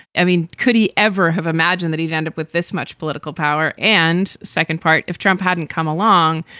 i mean, could he ever have imagined that he'd end up with this much political power? and second part, if trump hadn't come along.